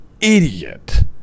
idiot